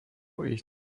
ich